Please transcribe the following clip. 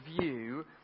view